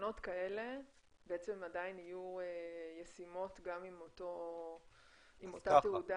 תקנות כאלה בעצם עדיין יהיו ישימות גם עם אותה תעודה